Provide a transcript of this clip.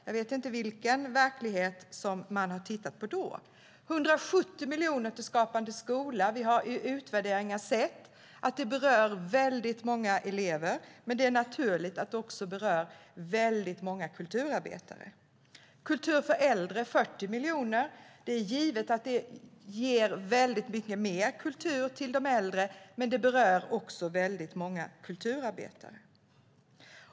Jag vet inte vilken verklighet man då har tittat på. 170 miljoner går till Skapande skola. Vi har i utvärderingar sett att det berör väldigt många elever. Men det är naturligt att det också berör väldigt många kulturarbetare. 40 miljoner till kultur för de äldre - det är givet att det ger mycket mer kultur till de äldre, men det berör också väldigt många kulturarbetare.